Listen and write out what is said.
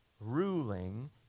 ruling